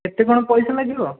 କେତେ କ'ଣ ପଇସା ଲାଗିବ